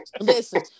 listen